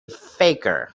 faker